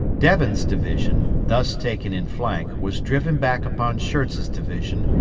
devens' division, thus taken in flank, was driven back upon schurz's division,